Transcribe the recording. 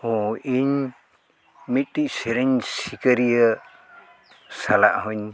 ᱚ ᱤᱧ ᱢᱤᱫᱴᱮᱱ ᱥᱮᱨᱮᱧ ᱥᱤᱠᱟᱹᱨᱤᱭᱟᱹ ᱥᱟᱞᱟᱜ ᱦᱚᱧ